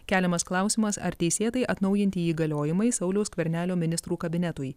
keliamas klausimas ar teisėtai atnaujinti įgaliojimai sauliaus skvernelio ministrų kabinetui